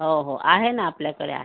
हो हो आहे ना आपल्याकडे आहे